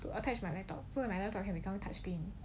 to attach my laptop so my laptop become touchscreen